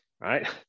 Right